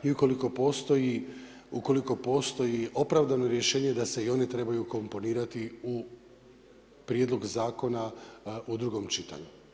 I ukoliko postoji opravdano rješenje da se i one trebaju ukomponirati u prijedlog zakona u drugom čitanju.